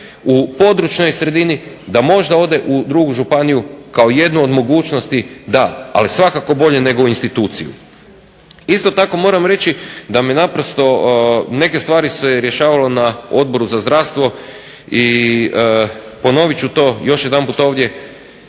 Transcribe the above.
u područnoj sredini da možda ode u drugu županiju kao jednu od mogućnosti da, ali svakako bolje nego u instituciju. Isto tako moram reći da me naprosto, neke stvari se rješavalo na Odboru za zdravstvo i ponovit ću to još jedanput ovdje.